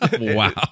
Wow